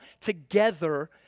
together